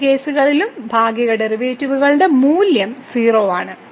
രണ്ട് കേസുകളിലും ഭാഗിക ഡെറിവേറ്റീവുകളുടെ മൂല്യം 0 ആണ്